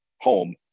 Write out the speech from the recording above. home